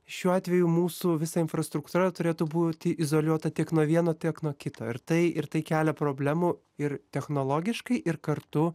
šiuo atveju mūsų visa infrastruktūra turėtų būti izoliuota tiek nuo vieno tiek nuo kito ir tai ir tai kelia problemų ir technologiškai ir kartu